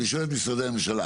אני שואל את משרדי הממשלה,